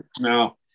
No